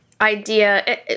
idea